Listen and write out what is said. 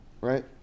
Right